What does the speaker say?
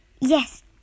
Yes